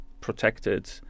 protected